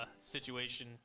situation